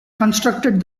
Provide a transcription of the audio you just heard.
constructed